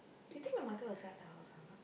you think my mother will sell the house or not